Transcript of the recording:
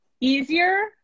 easier